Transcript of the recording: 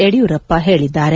ಯಡಿಯೂರಪ್ಪ ಹೇಳಿದ್ದಾರೆ